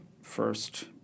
first